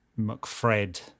McFred